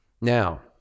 now